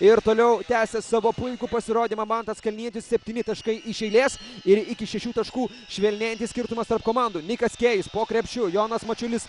ir toliau tęsia savo puikų pasirodymą mantas kalnietis septyni taškai iš eilės ir iki šešių taškų švelnėjantis skirtumas tarp komandų nikas kėjus po krepšiu jonas mačiulis